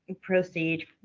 proceed